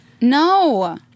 No